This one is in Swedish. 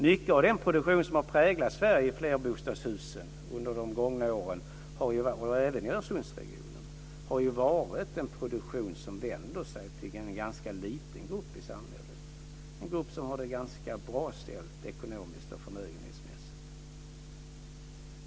Mycket av den produktion som har präglat Sverige i fråga om flerbostadshusen under de gångna åren, även i Öresundsregionen, har varit en produktion som vänder sig till en ganska liten grupp i samhället, en grupp som har det ganska bra ställt ekonomiskt och förmögenhetsmässigt.